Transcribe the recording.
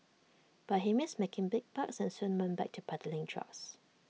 but he missed making big bucks and soon went back to peddling drugs